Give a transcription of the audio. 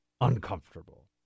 Uncomfortable